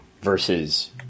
versus